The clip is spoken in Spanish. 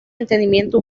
entendimiento